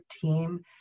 team